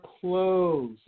clothes